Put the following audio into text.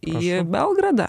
į belgradą